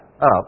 up